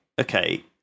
okay